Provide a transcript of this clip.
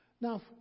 Now